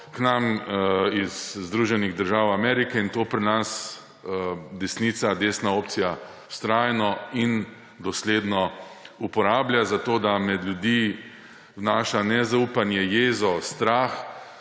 k nam iz Združenih držav Amerike. In to pri nas desnica, desna opcija vztrajno in dosledno uporablja zato, da med ljudi vnaša nezaupanje, jezo, strah